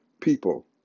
people